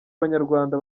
banyarwanda